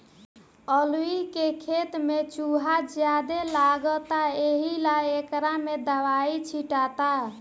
अलूइ के खेत में चूहा ज्यादे लगता एहिला एकरा में दवाई छीटाता